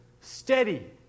Steady